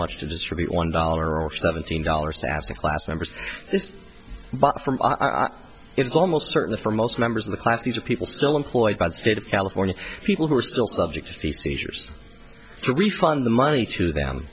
much to distribute one dollar or seventeen dollars asset class members this bought from it's almost certainly for most members of the class these are people still employed by the state of california people who are still subject to the seizures to refund the money to them